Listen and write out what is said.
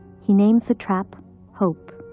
he names the trap hope,